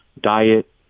diet